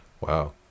Wow